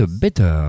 better